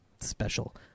special